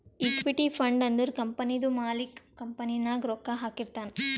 equity fund ಅಂದುರ್ ಕಂಪನಿದು ಮಾಲಿಕ್ಕ್ ಕಂಪನಿ ನಾಗ್ ರೊಕ್ಕಾ ಹಾಕಿರ್ತಾನ್